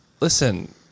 listen